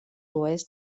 oest